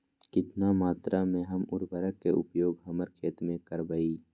कितना मात्रा में हम उर्वरक के उपयोग हमर खेत में करबई?